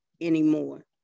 anymore